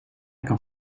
kan